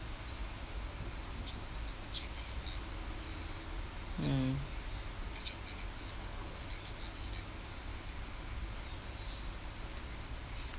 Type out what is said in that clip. mm